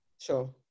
Sure